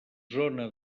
zona